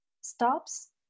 stops